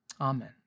Amen